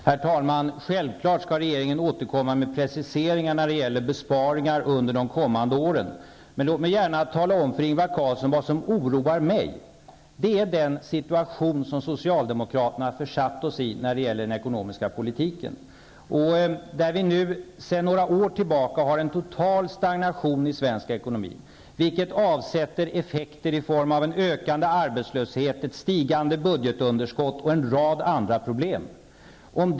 Herr talman! Självfallet skall regeringen återkomma med preciseringar när det gäller besparingar under de kommande åren, men låt mig gärna tala om för Ingvar Carlsson vad som oroar mig. Det är den situation som socialdemokraterna har försatt oss i när det gäller den ekonomiska politiken. Sedan några år tillbaka är det en total stagnation i svensk ekonomi, vilket avsätter effekter i form av en ökande arbetslöshet, ett stigande budgetunderskott och en rad andra problem.